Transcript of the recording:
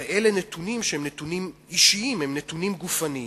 הרי אלה נתונים אישיים, הם נתונים גופניים.